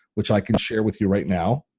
which i can share with you right now.